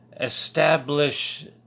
establish